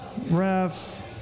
refs